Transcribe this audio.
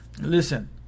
listen